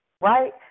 right